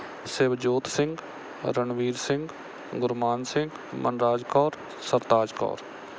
Shivjot Singh Ranveer Singh Gurmaan Singh Manraj Kaur Sartaj Kaur